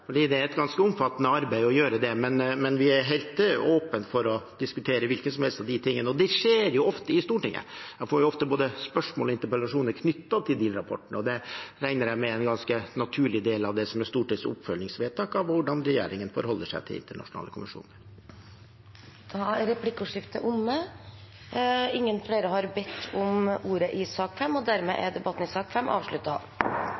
det er et ganske omfattende arbeid å gjøre det. Men vi er helt åpne for å diskutere hvilken som helst av de tingene. Det skjer jo ofte i Stortinget, man får ofte både spørsmål og interpellasjoner knyttet til de rapportene. Det regner jeg med er en ganske naturlig del av Stortingets oppfølging av hvordan regjeringen forholder seg til internasjonale konvensjoner. Da er replikkordskiftet omme. Flere har ikke bedt om ordet til sak nr. 5. Etter ønske fra justiskomiteen vil presidenten foreslå at sakene nr. 6 og